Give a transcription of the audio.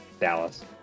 Dallas